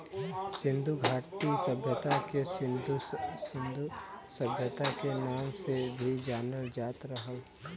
सिन्धु घाटी सभ्यता के सिन्धु सभ्यता के नाम से भी जानल जात रहल